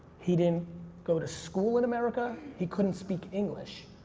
he didn't go to school in america. he couldn't speak english.